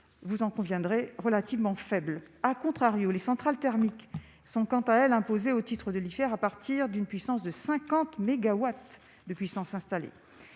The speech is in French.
vous en conviendrez, relativement faible, à contrario, les centrales thermiques sont quant à elles, imposées au titre de l'hiver, à partir d'une puissance de 50 mégawatts de puissance installée